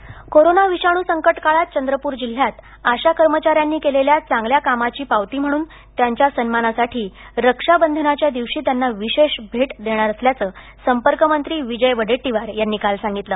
Chandrapur corona विषाणू संकट काळात चंद्रपूर जिल्ह्यात आशा कर्मचाऱ्यांनी केलेल्या चांगल्या कामाची पावती म्हणून त्यांच्या सन्मानासाठी रक्षा बांधनाच्या दिवशी त्यांना विशेष भेट देणार असल्याचं संपर्कमंत्री विजय वडेट्टीवार यांनी काल सांगितलं